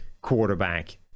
quarterback